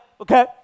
okay